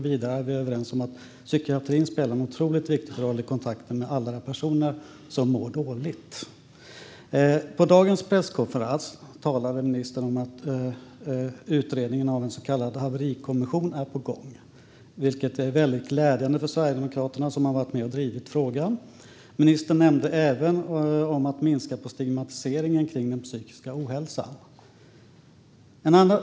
Vidare är vi överens om att psykiatrin spelar en otroligt viktig roll i kontakten med alla personer som mår dåligt. På dagens presskonferens talade ministern om att en utredning om en så kallad haverikommission är på gång, vilket är väldigt glädjande för Sverigedemokraterna, som har varit med och drivit frågan. Ministern talade även om att minska stigmatiseringen kring den psykiska ohälsan.